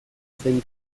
zen